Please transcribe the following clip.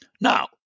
Now